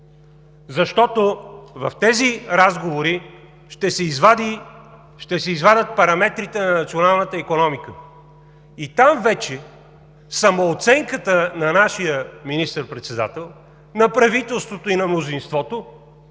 Защото в тези разговори ще се извадят параметрите на националната икономика. Там вече самооценката на нашия министър-председател, на правителството и на мнозинството